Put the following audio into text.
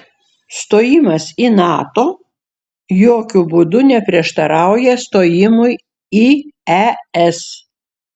stojimas į nato jokiu būdu neprieštarauja stojimui į es